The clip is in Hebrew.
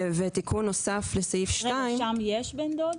ותיקון נוסף לסעיף 2. רגע, שם יש בן דוד?